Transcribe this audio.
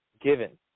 Given